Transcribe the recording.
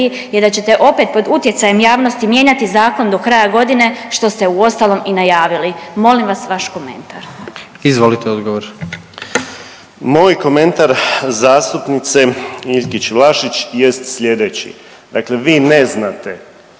je da ćete opet pod utjecajem javnosti mijenjati zakon do kraja godine što ste uostalom i najavili. Molim vas vaš komentar. **Jandroković, Gordan (HDZ)** Izvolite odgovor. **Piletić, Marin (HDZ)** Moj komentar zastupnice Iljkić Vlašić jest slijedeći. Dakle, vi ne znate